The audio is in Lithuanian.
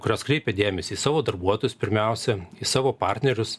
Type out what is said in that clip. kurios kreipia dėmesį savo darbuotojus pirmiausia į savo partnerius